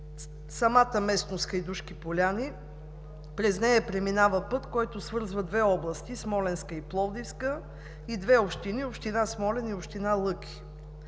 самата местност „Хайдушки поляни“ преминава път, който свързва две области – Смолянска и Пловдивска, и две общини – община Смолян и община Лъки.